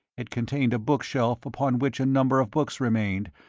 it contained a bookshelf upon which a number of books remained,